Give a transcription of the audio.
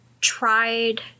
tried